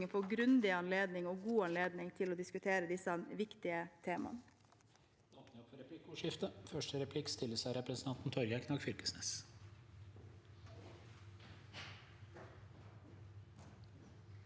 får grundig og god anledning til å diskutere disse viktige temaene.